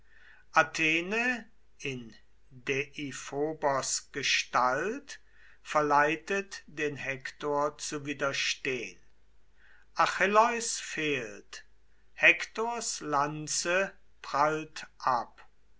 athene in dephobos gestalt verleitet den hektor zu widerstehn achilleus fehlt hektors lanze prallt ab